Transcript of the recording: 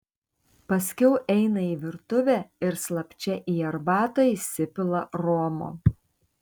paskiau eina į virtuvę ir slapčia į arbatą įsipila romo